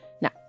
Now